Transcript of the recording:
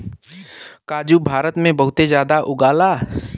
काजू भारत में बहुते जादा उगला